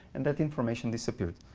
and that information disappeared.